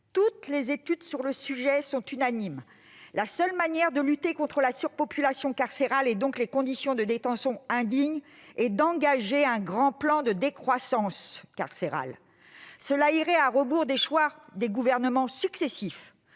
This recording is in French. pays. Les études sur le sujet sont unanimes : la seule manière de lutter contre la surpopulation carcérale, et donc contre les conditions de détention indignes, est d'engager un grand plan de décroissance carcérale. Cela irait à rebours des choix des gouvernements successifs,